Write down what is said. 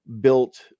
built